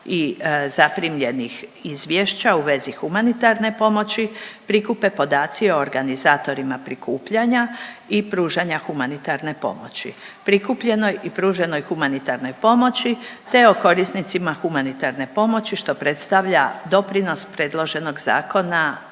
i zaprimljenih izvješća u vezi humanitarne pomoći prikupe podaci o organizatorima prikupljanja i pružanja humanitarne pomoći, prikupljenoj i pruženoj humanitarnoj pomoći, te o korisnicima humanitarne pomoći, što predstavlja doprinos predloženog zakona